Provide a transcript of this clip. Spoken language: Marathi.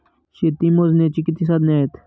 शेती मोजण्याची किती साधने आहेत?